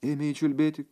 ėmė ji čiulbėti